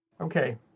Okay